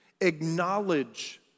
acknowledge